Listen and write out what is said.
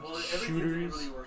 shooters